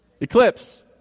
Eclipse